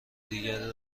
دیگری